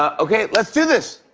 ah okay, let's do this.